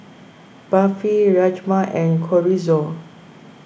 Barfi Rajma and Chorizo